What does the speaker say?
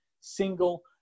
single